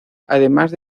además